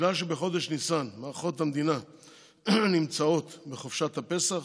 בגלל שבחודש ניסן מערכות המדינה נמצאות בחופשת הפסח,